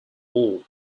all